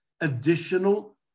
additional